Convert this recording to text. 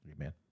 Amen